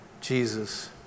Jesus